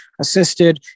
assisted